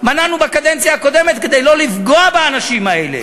מנענו בקדנציה הקודמת כדי שלא לפגוע באנשים האלה.